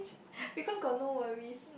because got no worries